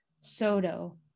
Soto